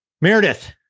Meredith